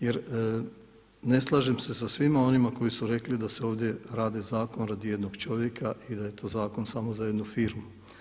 Jer ne slažem se sa svima onima koji su rekli da se ovdje radi zakon radi jednog čovjeka i da je to zakon samo za jednu firmu.